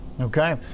okay